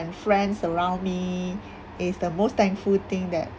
friends around me is the most thankful thing that